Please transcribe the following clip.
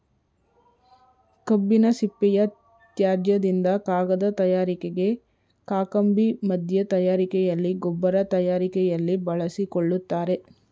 ಕಬ್ಬಿನ ಸಿಪ್ಪೆಯ ತ್ಯಾಜ್ಯದಿಂದ ಕಾಗದ ತಯಾರಿಕೆಗೆ, ಕಾಕಂಬಿ ಮಧ್ಯ ತಯಾರಿಕೆಯಲ್ಲಿ, ಗೊಬ್ಬರ ತಯಾರಿಕೆಯಲ್ಲಿ ಬಳಸಿಕೊಳ್ಳುತ್ತಾರೆ